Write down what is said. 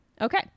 Okay